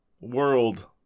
world